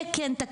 תקן או תקנה.